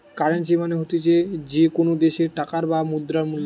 currency মানে হতিছে যে কোনো দ্যাশের টাকার বা মুদ্রার মূল্য